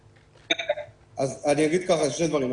אני אגיד שני דברים.